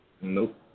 Nope